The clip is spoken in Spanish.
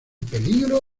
peligro